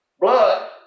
Blood